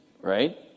right